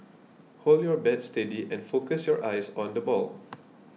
hold your bat steady and focus your eyes on the ball